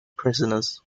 prisoners